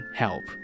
help